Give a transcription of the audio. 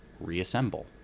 reassemble